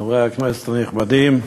חברי הכנסת הנכבדים,